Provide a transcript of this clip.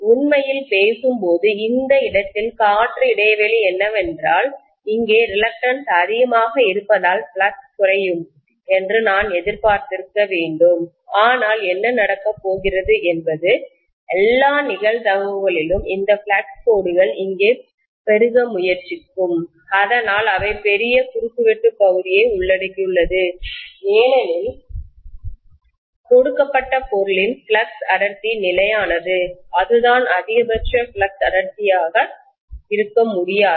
உண்மையில் பேசும் போது இந்த இடத்தில் காற்று இடைவெளி என்னவென்றால் இங்கே ரிலக்டன்ஸ் அதிகமாக இருப்பதால் ஃப்ளக்ஸ் குறையும் என்று நான் எதிர்பார்த்திருக்க வேண்டும் ஆனால் என்ன நடக்கப் போகிறது என்பது எல்லா நிகழ்தகவுகளிலும் இந்த ஃப்ளக்ஸ் கோடுகள் இங்கே பெருக முயற்சிக்கும் அதனால் அவை பெரிய குறுக்கு வெட்டு பகுதியை உள்ளடக்கியுள்ளது ஏனெனில் கொடுக்கப்பட்ட பொருளின் ஃப்ளக்ஸ் அடர்த்தி நிலையானது அதுதான் அதிகபட்ச ஃப்ளக்ஸ் அடர்த்தி இருக்க முடியாது